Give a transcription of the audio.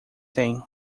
têm